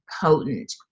potent